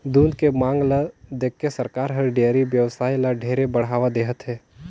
दूद के मांग ल देखके सरकार हर डेयरी बेवसाय ल ढेरे बढ़ावा देहत हे